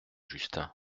justin